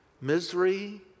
misery